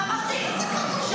שמעת מה אמרתי עכשיו?